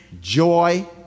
joy